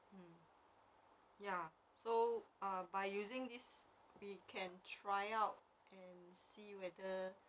mm ya so uh by using this we can try out and see whether